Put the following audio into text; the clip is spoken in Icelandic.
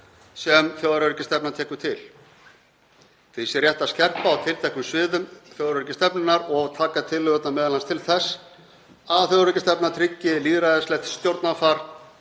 sem þjóðaröryggisstefnan tekur til. Því sé rétt að skerpa á tilteknum sviðum þjóðaröryggisstefnunnar og taka tillögurnar m.a. til þess að þjóðaröryggisstefna tryggi lýðræðislegt stjórnarfar,